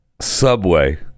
subway